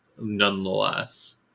nonetheless